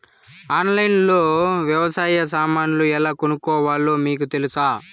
ఆన్లైన్లో లో వ్యవసాయ సామాన్లు ఎలా కొనుక్కోవాలో మీకు తెలుసా?